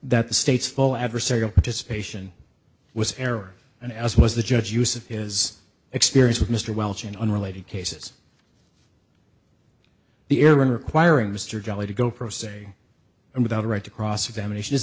that the state's full adversarial participation was error and as was the judge use of his experience with mr welch in unrelated cases the error in requiring mr jelly to go pro se and without a right to cross examination is